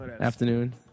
Afternoon